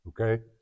okay